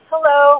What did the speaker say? Hello